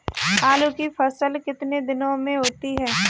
आलू की फसल कितने दिनों में होती है?